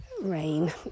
rain